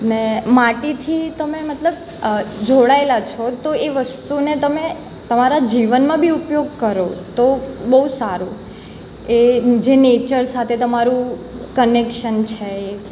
ને માટીથી તમે મતલબ જોડાયેલા છો તો એ વસ્તુને તમે તમારા જીવનમાં બી ઉપયોગ કરો તો બહુ સારું એ જે નેચર સાથે તમારું કનેક્શન છે એ